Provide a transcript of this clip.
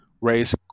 raise